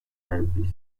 herpes